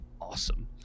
awesome